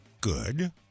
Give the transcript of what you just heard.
Good